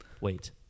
Wait